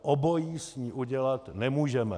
Obojí s ní udělat nemůžeme.